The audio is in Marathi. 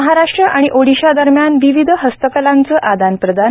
महाराष्ट्र आणि ओडिसा दरम्यान विविध हस्तकलांचा आदान प्रदान